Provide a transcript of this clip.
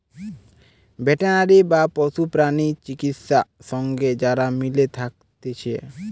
veterinary বা পশু প্রাণী চিকিৎসা সঙ্গে যারা মিলে থাকতিছে